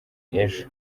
ejo